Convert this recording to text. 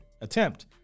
attempt